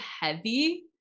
heavy